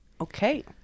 Okay